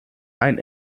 ein